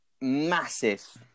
massive